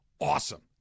awesome